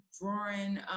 drawing